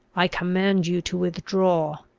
i command you to withdraw.